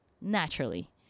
Naturally